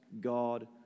God